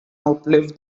outlive